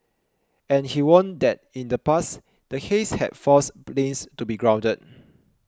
and he warned that in the past the haze had forced planes to be grounded